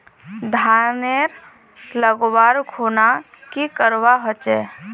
धानेर लगवार खुना की करवा होचे?